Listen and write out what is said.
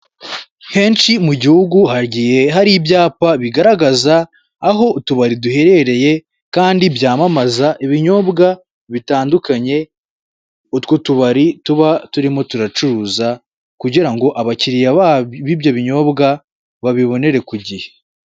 Henshi mu gihugu hagiye hari ibyapa bigaragaza aho utubari duherereye, kandi byamamaza ibinyobwa bitandukanye, utwo tubari tuba turimo turacuruza kugira ngo abakiriya b'ibyo binyobwa babibonere ku gihe.